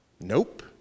Nope